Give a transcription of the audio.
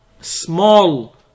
small